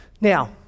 Now